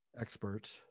expert